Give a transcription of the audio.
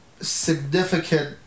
significant